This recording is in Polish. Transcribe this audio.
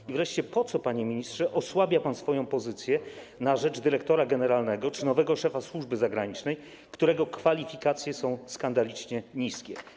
I wreszcie po co, panie ministrze, osłabia pan swoją pozycję na rzecz dyrektora generalnego czy nowego szefa służby zagranicznej, którego kwalifikacje są skandalicznie niskie?